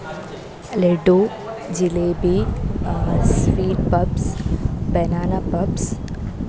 laddu jalebi sweet puffs banana puffs